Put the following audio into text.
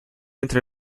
entre